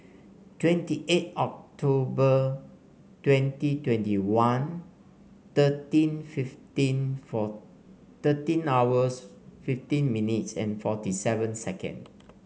twenty eight October twenty twenty one thirteen fifteen four thirteen hours fifteen minutes and forty seven seconds